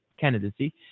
candidacy